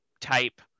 type